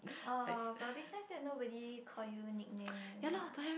oh but besides that nobody call you nickname lah